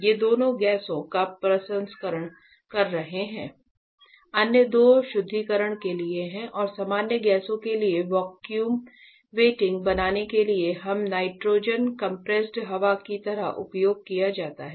ये दोनों गैसों का प्रसंस्करण कर रहे हैं अन्य दो शुद्धिकरण के लिए हैं और सामान्य गैसों के लिए वैक्यूम वेंटिंग बनाने के लिए हम नाइट्रोजन कंप्रेस्ड हवा की तरह उपयोग किए जाते हैं